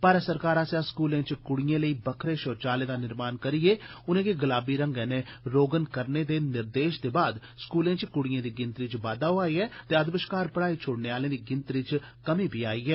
भारत सरकार आसेया स्कूलें च क्ड़ियें लेई बक्खरें शोचालय दा निर्माण करियै उनेंगी गलाबी रंगै दा रोगन करने दे निर्देश दे बाद स्कूलें च कुड़ियें दी गिनत्री च बाद्दा होआ ऐ ते अद्दबश्कार पढ़ाई छुड़ने आलें दी गिनत्री च कमी बी आई ऐ